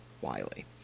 Wiley